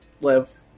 live